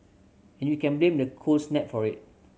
and you can blame the cold snap for it